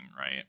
right